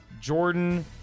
Jordan